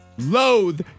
Loathe